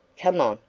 come on,